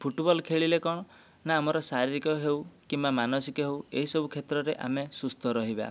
football ଖେଳିଳେ କ'ଣ ଆମେ ଶାରୀରିକ ହେଉ ବା ମାନସିକ ହେଉ ଏହି ସବୁ କ୍ଷେତ୍ରରେ ଆମେ ସୁସ୍ଥ ରହିବା